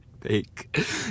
fake